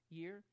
year